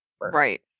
right